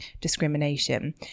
discrimination